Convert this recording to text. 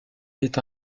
est